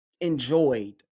enjoyed